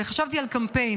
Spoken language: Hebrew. וחשבתי על קמפיין,